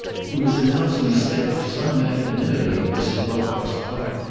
he was announcing a step of some magnanimity on mrs. pocock's part,